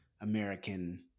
American